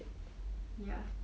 ya